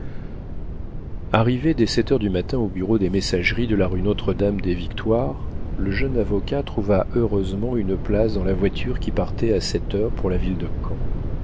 arrivé dès sept heures du matin au bureau des messageries de la rue notre-dame-des-victoires le jeune avocat trouva heureusement une place dans la voiture qui partait à cette heure pour la ville de caen